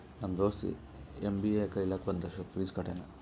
ನಮ್ ದೋಸ್ತ ಎಮ್.ಬಿ.ಎ ಕಲಿಲಾಕ್ ಒಂದ್ ಲಕ್ಷ ಫೀಸ್ ಕಟ್ಯಾನ್